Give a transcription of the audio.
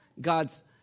God's